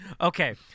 okay